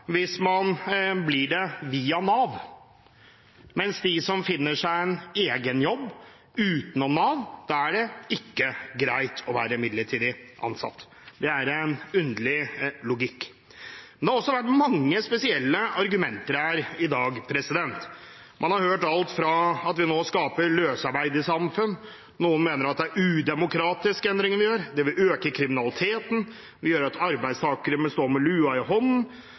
hvis man blir det via Nav, men hvis man finner seg en egen jobb, utenom Nav, er det ikke greit å være midlertidig ansatt. Det er en underlig logikk. Det har også vært mange spesielle argumenter her i dag. Man har kunnet høre at vi nå skaper et løsarbeidersamfunn, noen mener at det er udemokratiske endringer vi gjør, det vil øke kriminaliteten, det vil gjøre at arbeidstakere blir stående med lua i hånden,